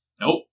Nope